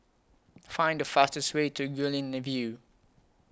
Find The fastest Way to Guilin The View